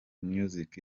music